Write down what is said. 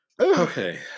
Okay